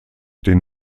den